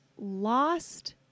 lost